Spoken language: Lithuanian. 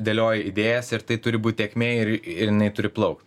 dėlioji idėjas ir tai turi būt tėkmė ir ir jinai turi plaukt